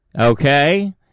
Okay